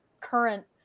current